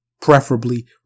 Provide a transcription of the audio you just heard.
preferably